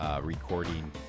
recording